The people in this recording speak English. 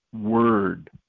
word